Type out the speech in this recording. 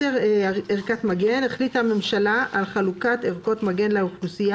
"ערכת מגן 10. החליטה הממשלה על חלוקת ערכות מגן לאוכלוסייה,